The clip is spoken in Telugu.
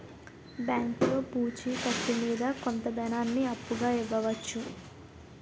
బ్యాంకులో పూచి కత్తు మీద కొంత ధనాన్ని అప్పుగా ఇవ్వవచ్చు